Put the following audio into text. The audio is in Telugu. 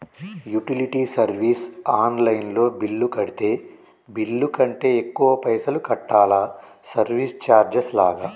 యుటిలిటీ సర్వీస్ ఆన్ లైన్ లో బిల్లు కడితే బిల్లు కంటే ఎక్కువ పైసల్ కట్టాలా సర్వీస్ చార్జెస్ లాగా?